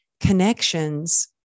connections